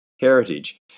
heritage